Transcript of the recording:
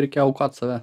reikia aukot save